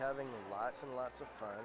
having lots and lots of f